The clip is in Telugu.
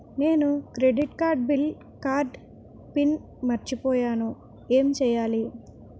నేను క్రెడిట్ కార్డ్డెబిట్ కార్డ్ పిన్ మర్చిపోయేను ఎం చెయ్యాలి?